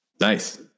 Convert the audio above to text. Nice